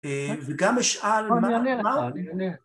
וגם אשאל, מה...